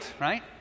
right